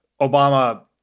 Obama